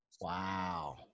Wow